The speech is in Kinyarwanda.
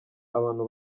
abantu